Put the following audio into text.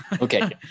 okay